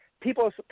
people